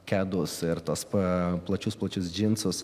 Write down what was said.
kedus ir tas pa plačius plačius džinsus